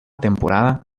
temporada